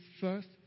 first